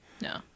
No